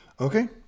Okay